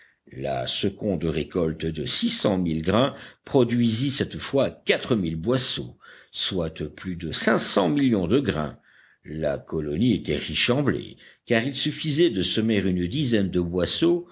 la seconde récolte de six cent mille grains produisit cette fois quatre mille boisseaux soit plus de cinq cents millions de grains la colonie était riche en blé car il suffisait de semer une dizaine de boisseaux